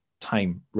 time